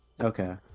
Okay